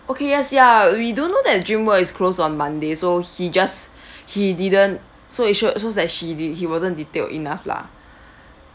okay yes ya we do know that Dreamworld is closed on mondays so he just he didn't so it show shows that she didn't he wasn't detailed enough lah